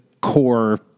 core